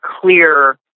clear